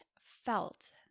felt